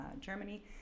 Germany